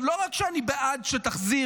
לא רק שאני בעד שתחזיר,